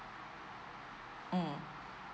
um